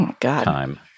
time